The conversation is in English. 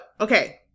okay